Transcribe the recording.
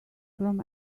from